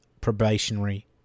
probationary